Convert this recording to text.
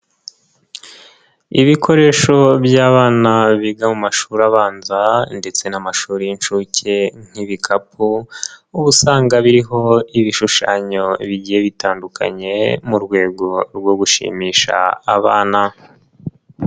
Ibikoresho by'abana biga mu mashuri abanza ndetse n'amashuri y'inshuke nk'ibikapu uba usanga biriho ibishushanyo bigiye bitandukanye mu rwego rwo gushimisha abana.